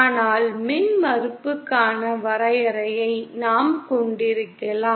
ஆனால் மின்மறுப்புக்கான வரையறையை நாம் கொண்டிருக்கலாம்